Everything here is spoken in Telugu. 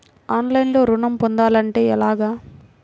ఆన్లైన్లో ఋణం పొందాలంటే ఎలాగా?